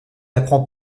apprend